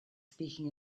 speaking